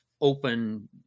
open